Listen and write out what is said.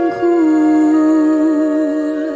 cool